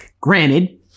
Granted